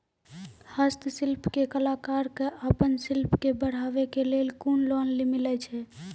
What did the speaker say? हस्तशिल्प के कलाकार कऽ आपन शिल्प के बढ़ावे के लेल कुन लोन मिलै छै?